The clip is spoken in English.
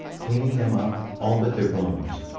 cleaning them up all but their bones,